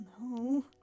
no